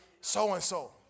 so-and-so